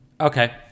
Okay